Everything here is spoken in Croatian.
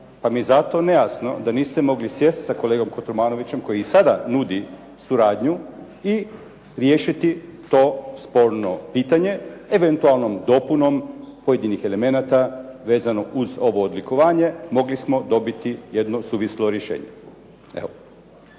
Pa mi je zato nejasno da niste mogli sjest sa kolegom Kotromanovićem koji i sada nudi suradnju i riješiti to sporno pitanje eventualnog dopunom pojedinih elemenata vezano uz ovo odlikovanje, mogli smo dobiti jedno suvislo rješenje.